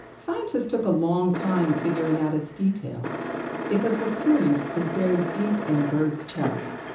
scientists took a long time figuring out its details because the syrinx is buried deep in a bird's chest,